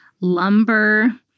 lumber